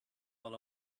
all